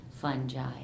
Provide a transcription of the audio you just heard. fungi